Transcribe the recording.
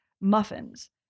muffins